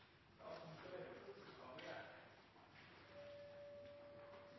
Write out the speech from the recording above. saken